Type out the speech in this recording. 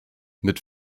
mit